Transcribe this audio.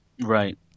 Right